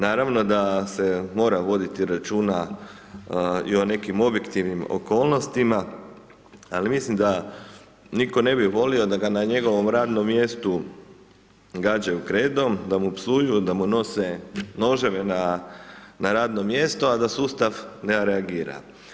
Naravno da se mora voditi računa i o nekim objektivnim okolnostima, ali mislim da nitko ne bi volio da ga na njegovom radom mjestu gađaju kredom, da mu psuju, da mu nose noževe na radno mjesto, a da sustav ne reagira.